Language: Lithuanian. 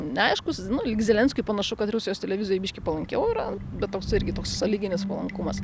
neaiškūs nu lyg zelenskiui panašu kad rusijos televizijai biškį palankiau yra bet toks irgi toks sąlyginis palankumas